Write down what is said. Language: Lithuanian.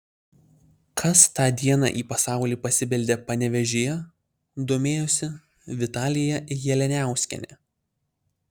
kas tą dieną į pasaulį pasibeldė panevėžyje domėjosi vitalija jalianiauskienė